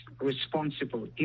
responsible